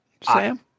Sam